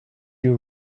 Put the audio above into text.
you